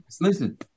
listen